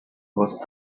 was